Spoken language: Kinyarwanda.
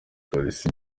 polisi